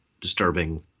disturbing